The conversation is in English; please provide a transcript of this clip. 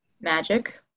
magic